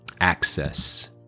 access